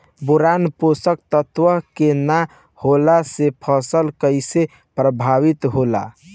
Boron पोषक तत्व के न होला से फसल कइसे प्रभावित होला?